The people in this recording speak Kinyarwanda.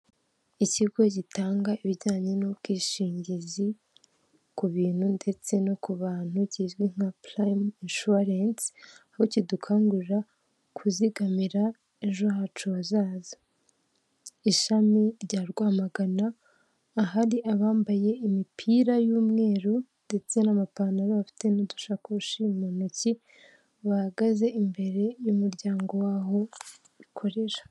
Ikigo gitanga ibijyanye n'ubwishingizi ku bintu ndetse no ku bantu kizwi nka prime insurance, aho kidukangurira kuzigamira ejo hacu hazaza. Ishami rya Rwamagana hari abambaye imipira y'umweru, ndetse n'amapantalo bafite n'udusakoshi mu ntoki, bahagaze imbere y'umuryango w’aho bakorera.